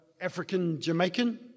African-Jamaican